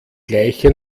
gleiche